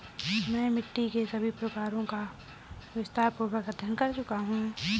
मैं मिट्टी के सभी प्रकारों का विस्तारपूर्वक अध्ययन कर चुका हूं